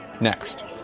next